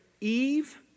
Eve